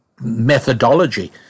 methodology